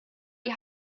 die